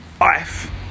life